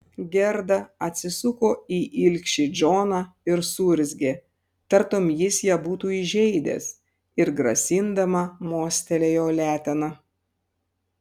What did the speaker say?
gerda atsisuko į ilgšį džoną ir suurzgė tartum jis ją būtų įžeidęs ir grasindama mostelėjo letena